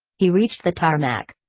he reached the tarmac.